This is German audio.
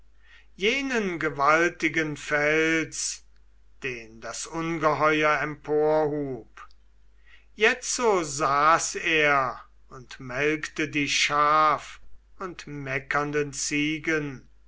jenen gewaltigen fels den das ungeheuer emporhub jetzo saß er und melkte die schaf und meckernden ziegen